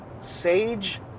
sage